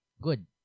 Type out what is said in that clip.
good